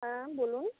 হ্যাঁ বলুন